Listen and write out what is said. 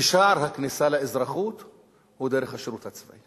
ששער הכניסה לאזרחות הוא דרך השירות הצבאי.